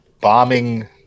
bombing